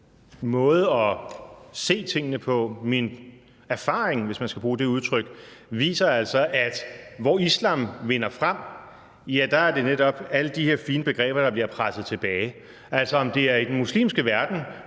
måde at se tingene på og min erfaring, hvis man skal bruge det udtryk, viser, at der, hvor islam vinder frem, er det netop alle de her fine begreber, der bliver presset tilbage. Altså, om det er i den muslimske verden,